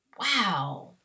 Wow